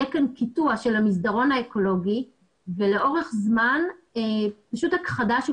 יהיה כאן קיטוע של המסדרון האקולוגי ולאורך זמן פשוט הכחדה של